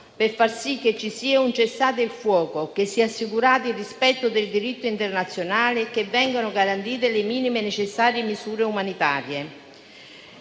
per far sì che ci sia un cessate il fuoco, che sia assicurato il rispetto del diritto internazionale e che vengano garantite le minime necessarie misure umanitarie.